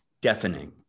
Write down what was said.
deafening